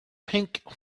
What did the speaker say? pink